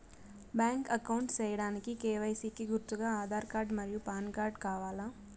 Bank account సేయడానికి KYC కి గుర్తుగా ఆధార్ కార్డ్ మరియు పాన్ కార్డ్ కావాలా?